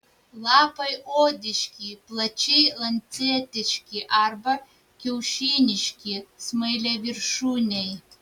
lapai odiški plačiai lancetiški arba kiaušiniški smailiaviršūniai